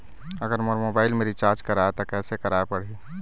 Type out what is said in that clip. अगर मोर मोबाइल मे रिचार्ज कराए त कैसे कराए पड़ही?